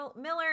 Miller